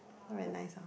very nice ah